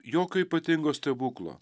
jokio ypatingo stebuklo